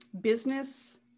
business